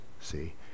see